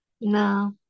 No